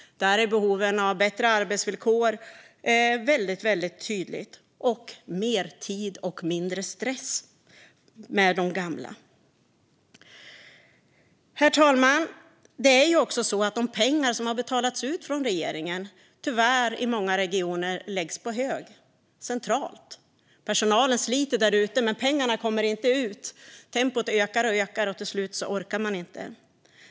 Där är behoven av bättre arbetsvillkor väldigt tydliga - mer tid och mindre stress med de gamla. Herr talman! Det är också så att de pengar som har betalats ut från regeringen tyvärr i många regioner läggs på hög centralt. Personalen sliter där ute, men pengarna kommer inte ut. Tempot ökar och ökar, och till slut orkar man inte.